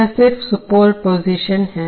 यह सिर्फ सुपरपोजीशन है